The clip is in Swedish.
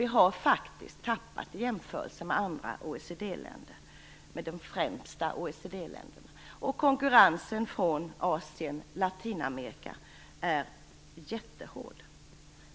Vi har faktiskt tappat i jämförelse med de främsta OECD-länderna, och konkurrensen från Asien och Latinamerika är jättehård.